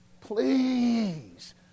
Please